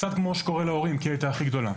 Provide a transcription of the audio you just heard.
קצת כמו שקורה להורים, כי היא הייתה הכי גדולה.